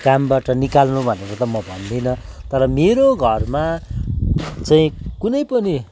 कामबाट निकाल्नु भनेर त म भन्दिनँ तर मेरो घरमा चाहिँ कुनै पनि